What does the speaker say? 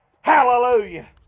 Hallelujah